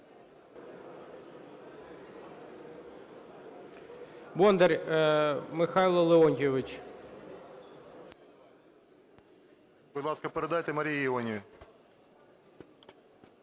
Будь ласка, передайте Марії Іоновій.